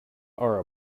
are